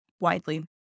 widely